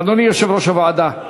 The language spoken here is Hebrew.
אדוני יושב-ראש הוועדה.